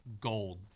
gold